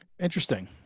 Interesting